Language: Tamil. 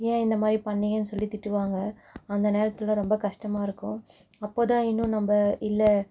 ஏன் இந்த மாதிரி பண்ணீங்கன்னு சொல்லி திட்டுவாங்க அந்த நேரத்தில் ரொம்ப கஷ்டமாக இருக்கும் அப்போது தான் இன்னும் நம்ம இல்லை